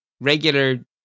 regular